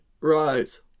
Rise